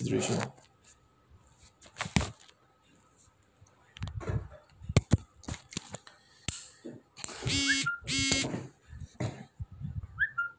consideration